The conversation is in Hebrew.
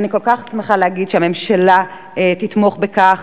ואני כל כך שמחה להגיד שהממשלה תתמוך בכך.